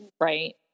right